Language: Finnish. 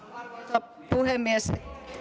arvoisa puhemies